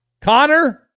Connor